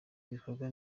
ibikorwa